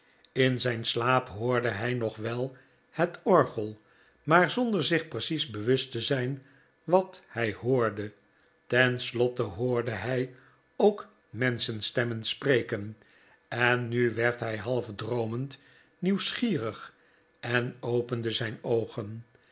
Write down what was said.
in zijn slaap hoorde hij nog wel het orgel maar zonder zich precies bewust te zijn wat hij hoorde tenslotte hoorde hij ook menschenstemmen spreken en nu werd hij half droomend nieuwsgierig en opende zijn oogen